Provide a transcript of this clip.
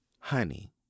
Honey